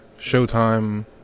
Showtime